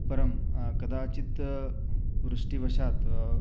परं कदाचित् वृष्टिवशात्